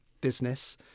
business